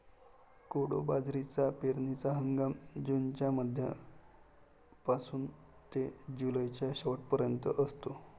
कोडो बाजरीचा पेरणीचा हंगाम जूनच्या मध्यापासून ते जुलैच्या शेवट पर्यंत असतो